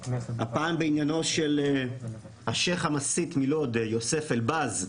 הפעם בעניינו של השייח' המסית מלוד יוסף אלבז,